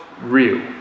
real